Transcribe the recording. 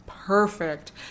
Perfect